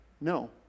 No